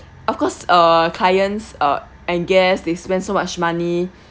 of course uh clients uh and guests they spend so much money